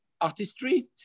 artistry